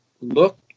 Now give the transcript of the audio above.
look